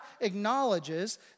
acknowledges